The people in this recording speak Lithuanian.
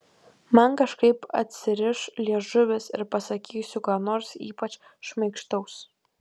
man kažkaip atsiriš liežuvis ir pasakysiu ką nors ypač šmaikštaus